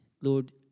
Lord